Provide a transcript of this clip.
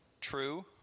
True